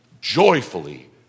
joyfully